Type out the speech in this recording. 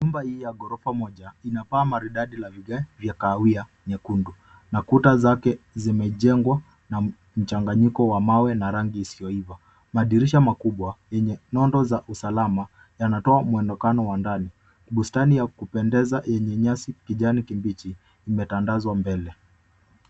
Nyumba hii ya ghorofa moja ina paa maridadi la vigae vya kahawia nyekundu na kuta zake zimejengwa na mchanganyiko wa mawe na rangi isiyoiva. Madirisha makubwa yenye nondo za usalama yanatoa mwonekano wa ndani. Bustani ya kupendeza yenye nyasi kijani kibichi imetandazwa mbele.